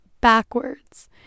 backwards